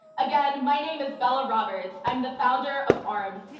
again, my name is bella roberts. i'm the founder of arms,